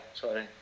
sorry